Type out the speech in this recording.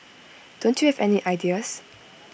don't you have any ideas